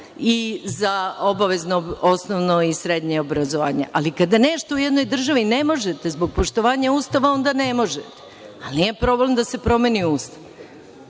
i za obavezno osnovno i srednje obrazovanje. Ali, kada nešto u jednoj državi ne možete, zbog poštovanja Ustava, onda ne možete. Ali, nije problem da se promeni Ustav.